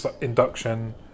induction